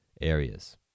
areas